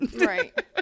Right